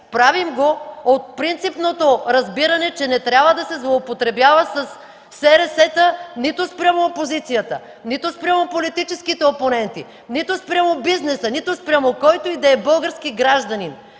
Правим го от принципното разбиране, че не трябва да се злоупотребява със СРС та нито спрямо опозицията, нито спрямо политическите опоненти, нито спрямо бизнеса, нито спрямо който и да е български гражданин!